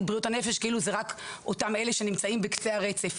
בריאות הנפש כאילו זה רק אותם אלה שנמצאים בקצה הרצף,